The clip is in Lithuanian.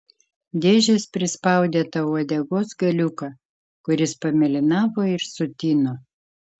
dėžės prispaudė tau uodegos galiuką kuris pamėlynavo ir sutino